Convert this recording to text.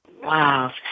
Wow